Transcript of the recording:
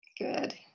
Good